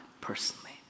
personally